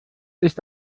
ist